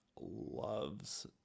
loves